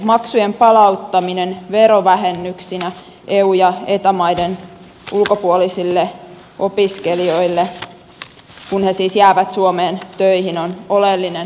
maksujen palauttaminen verovähennyksinä eu ja eta maiden ulkopuolisille opiskelijoille kun he siis jäävät suomeen töihin on oleellinen elementti